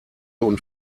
und